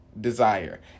desire